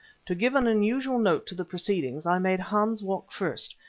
to give an unusual note to the proceedings i made hans walk first,